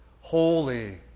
holy